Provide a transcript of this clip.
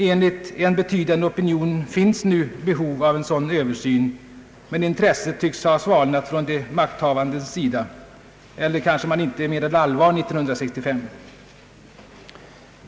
Enligt en betydande opinion finns det nu behov av en sådan översyn, men intresset tycks ha svalnat hos de makthavande. Eller menade man kanske inte allvar 1965?